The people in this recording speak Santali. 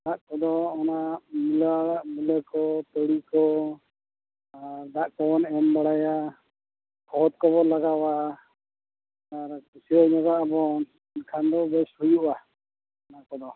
ᱟᱲᱟᱜ ᱠᱚᱫᱚ ᱚᱱᱟ ᱢᱩᱞᱟᱹ ᱟᱲᱟᱜ ᱢᱩᱞᱟᱹ ᱠᱚ ᱛᱩᱲᱤ ᱠᱚ ᱟᱨ ᱫᱟᱜ ᱠᱚᱵᱚᱱ ᱮᱢ ᱵᱟᱲᱟᱭᱟ ᱠᱷᱚᱛ ᱠᱚᱵᱚ ᱞᱟᱜᱟᱣᱟ ᱟᱨ ᱠᱷᱩᱥᱭᱟᱹᱣ ᱧᱚᱜᱟᱜᱼᱟ ᱵᱚᱱ ᱮᱱᱠᱷᱟᱱ ᱫᱚ ᱵᱮᱥ ᱦᱩᱭᱩᱜᱼᱟ ᱚᱱᱟ ᱠᱚᱫᱚ